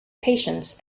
patience